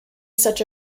such